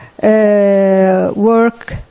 Work